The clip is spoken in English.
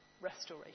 restoration